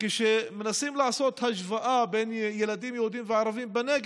כשמנסים לעשות השוואה בין ילדים יהודים וערבים בנגב,